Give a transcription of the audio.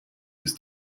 ist